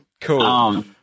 Cool